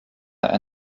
einer